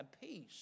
peace